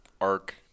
arc